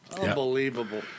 Unbelievable